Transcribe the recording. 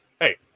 hey